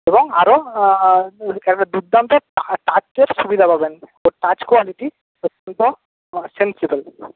এবং আরও দুর্দান্ত টাচের সুবিধা পাবেন টাচ কোয়ালিটি এবং সেন্সিবেল